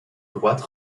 droite